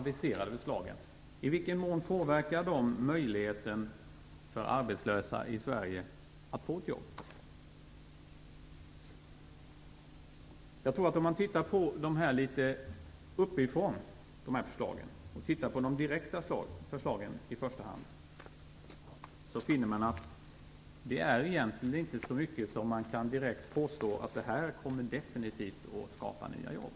Jag tänker då både på de konkreta förslag som vi nu skall fatta beslut om och på de aviserade förslagen. Om man tittar på i första hand de direkta förslagen litet uppifrån finner man att där inte finns så mycket som man definitivt kan påstå kommer att skapa nya jobb.